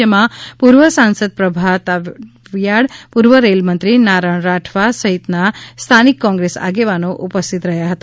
જેમાં પૂર્વ સાંસદ પ્રભા તાવીયાડ પૂર્વ રેલ મંત્રી નારણ રાઠવા સહિતના સ્થાનિક કોંગ્રેસ આગેવાનો ઉપસ્થિત રહ્યા હતા